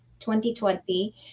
2020